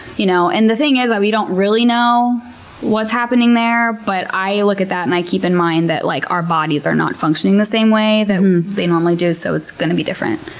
you know and the thing is, we don't really know what's happening there. but i look at that and i keep in mind that like our bodies are not functioning the same way that they normally do. so, it's going to be different.